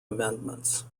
amendments